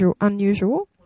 unusual